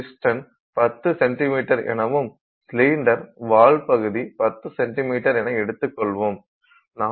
மேலும் piston 10 centimetre எனவும் சிலிண்டரின் வால் பகுதி 10 சென்டிமீட்டர் என எடுத்துக்கொள்வோம்